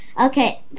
Okay